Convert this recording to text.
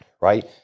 right